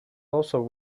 also